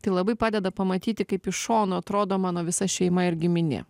tai labai padeda pamatyti kaip iš šono atrodo mano visa šeima ir giminė